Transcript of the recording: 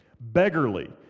Beggarly